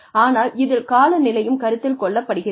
ஆனால் இதில் காலநிலையும் கருத்தில் கொள்ளப்படுகிறது